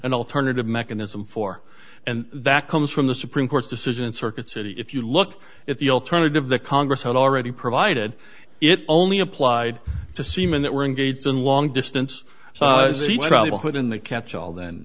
an alternative mechanism for and that comes from the supreme court's decision circuit city if you look at the alternative the congress had already provided it only applied to seamen that were engaged in long distance put in the catch